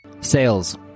Sales